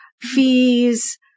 fees